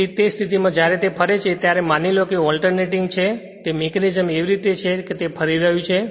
તેથી તે સ્થિતિમાં જ્યારે તે ફરે છે ત્યારે માની લો કે જે રીતે ઓલ્ટરનેટિંગ છે તે મિકેનિઝમ એવી છે કે તે ફરી રહ્યું છે